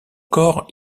corps